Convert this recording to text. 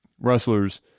wrestlers